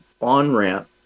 on-ramp